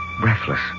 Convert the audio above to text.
breathless